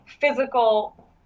physical